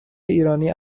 ایرانی